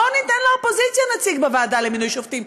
בואו ניתן לאופוזיציה נציג בוועדה למינוי שופטים.